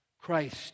Christ